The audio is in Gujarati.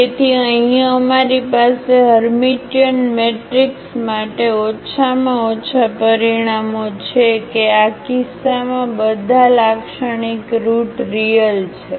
તેથી અહીં અમારી પાસે હર્મિટિયન મેટ્રિક્સ માટે ઓછામાં ઓછા પરિણામો છે કે આ કિસ્સામાં બધા લાક્ષણિક રુટ રીયલ છે